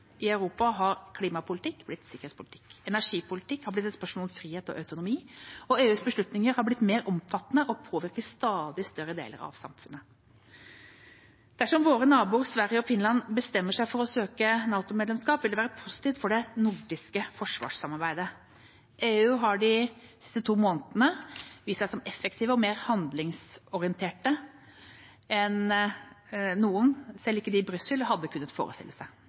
I Europa har klimapolitikk blitt sikkerhetspolitikk. Energipolitikk har blitt et spørsmål om frihet og autonomi. EUs beslutninger har blitt mer omfattende og påvirker stadig større deler av samfunnet. Dersom våre naboer Sverige og Finland bestemmer seg for å søke NATO-medlemskap, vil det være positivt for det nordiske forsvarssamarbeidet. EU har de siste to månedene vist seg som mer effektiv og mer handlingsorientert enn noen, selv de i Brussel, hadde kunnet forestille seg.